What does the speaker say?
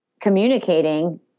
communicating